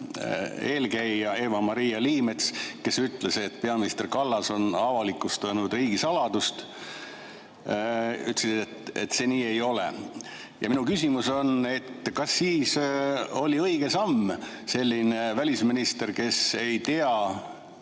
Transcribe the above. eelkäija Eva-Maria Liimets ütles, et peaminister Kallas on avalikustanud riigisaladuse, see nii ei ole. Minu küsimus: kas siis oli õige samm selline välisminister, kes ei tea,